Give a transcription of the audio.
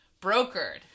brokered